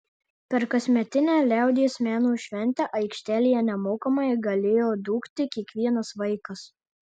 per kasmetinę liaudies meno šventę aikštelėje nemokamai galėjo dūkti kiekvienas vaikas